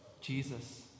Jesus